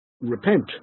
repent